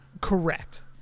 Correct